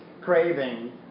craving